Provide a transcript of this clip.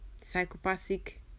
psychopathic